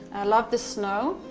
i love the snow.